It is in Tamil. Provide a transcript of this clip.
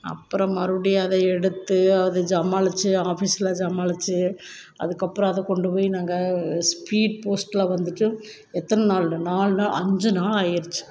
அப்புறம் மறுபடி அதை எடுத்து அது சமாளிச்சு ஆஃபீஸில் சமாளிச்சு அதுக்கப்புறம் அதை கொண்டு போய் நாங்கள் ஸ்பீட் போஸ்டில் வந்துவிட்டு எத்தனை நாள் ரெ நாலு நாள் அஞ்சு நாள் ஆயிடுச்சு